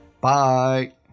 Bye